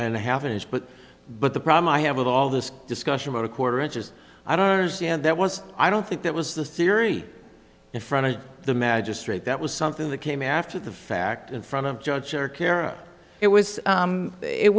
and a half an inch but but the problem i have with all this discussion about a quarter inch is i don't understand that was i don't think that was the theory in front of the magistrate that was something that came after the fact in front of judge or care or it was